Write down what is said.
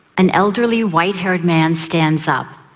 an elderly, white-haired man stands up.